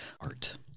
art